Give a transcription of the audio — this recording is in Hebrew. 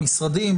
המשרדים,